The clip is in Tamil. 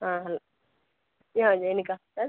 ஆ ஹல் யா ஜேனிக்கா ஹோட்டல்